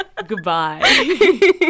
goodbye